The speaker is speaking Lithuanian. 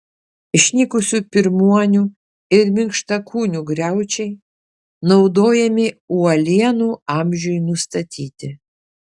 išnykusių pirmuonių ir minkštakūnių griaučiai naudojami uolienų amžiui nustatyti